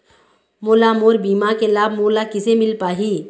मोला मोर बीमा के लाभ मोला किसे मिल पाही?